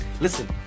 Listen